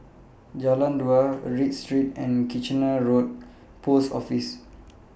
Jalan Dua Read Street and Kitchener Road Post Office